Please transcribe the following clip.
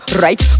right